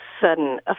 sudden